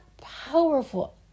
powerful